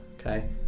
okay